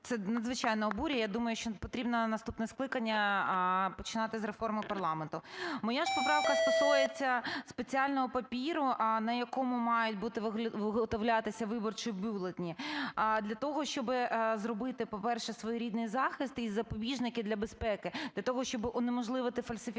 це надзвичайно обурює. Я думаю, що потрібно наступне скликання починати з реформи парламенту. Моя ж поправка стосується спеціального паперу, на якому мають бути виготовлятися виборчі бюлетені, для того щоби зробити, по-перше, своєрідний захист і запобіжники для безпеки для того, щоби унеможливити фальсифікації